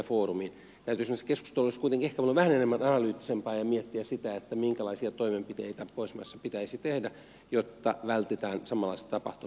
täytyy sanoa että se keskustelu olisi kuitenkin ehkä voinut olla vähän analyyttisempaa ja oltaisiin voitu miettiä sitä minkälaisia toimenpiteitä pohjoismaissa pitäisi tehdä jotta vältytään samanlaisilta tapahtumilta jatkossa